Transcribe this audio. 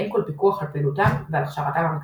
ואין כל פיקוח על פעילותם ועל הכשרתם המקצועית.